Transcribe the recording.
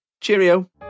Cheerio